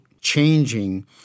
changing